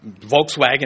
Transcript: Volkswagen